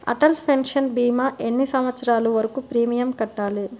Atal pension భీమా ఎన్ని సంవత్సరాలు వరకు ప్రీమియం కట్టాలి?